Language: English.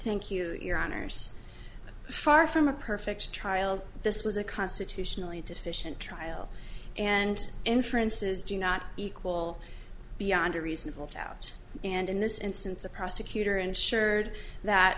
thank you that your honour's far from a perfect child this was a constitutionally deficient trial and inferences do not equal beyond a reasonable doubt and in this instance the prosecutor ensured that